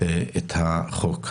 את החוק.